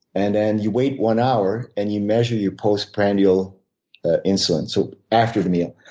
and then you wait one hour and you measure your postprandial insulin, so after the meal.